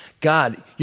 God